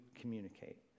communicate